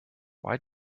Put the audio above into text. why